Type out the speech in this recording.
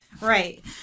Right